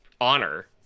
honor